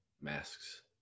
Masks